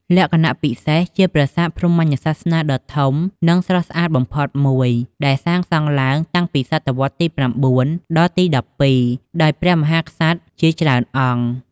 លក្ខណៈពិសេស ជាប្រាសាទព្រហ្មញ្ញសាសនាដ៏ធំ និងស្រស់ស្អាតបំផុតមួយ ដែលសាងសង់ឡើងតាំងពីសតវត្សទី ៩ ដល់ទី ១២ ដោយព្រះមហាក្សត្រជាច្រើនអង្គ។